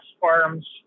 Farms